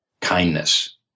kindness